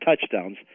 touchdowns